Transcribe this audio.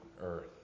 earth